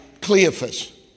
Cleophas